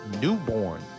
Newborn